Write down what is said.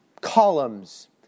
columns